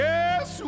Yes